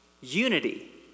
unity